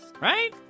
Right